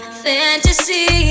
fantasy